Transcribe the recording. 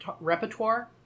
repertoire